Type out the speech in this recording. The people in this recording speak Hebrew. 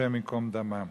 השם ייקום דמם.